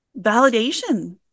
Validation